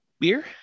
beer